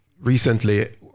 Recently